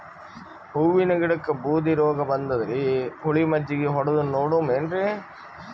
ಹೂವಿನ ಗಿಡಕ್ಕ ಬೂದಿ ರೋಗಬಂದದರಿ, ಹುಳಿ ಮಜ್ಜಗಿ ಹೊಡದು ನೋಡಮ ಏನ್ರೀ?